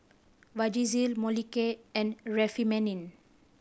Vagisil Molicare and Remifemin